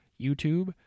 YouTube